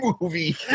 movie